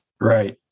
right